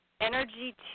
energy